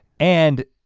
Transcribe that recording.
and